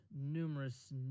numerous